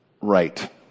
right